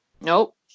Nope